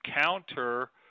counter